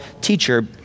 teacher